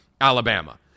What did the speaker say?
Alabama